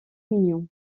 mignon